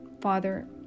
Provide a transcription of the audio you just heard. Father